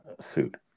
suit